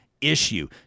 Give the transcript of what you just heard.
issue